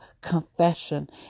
confession